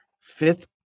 Fifth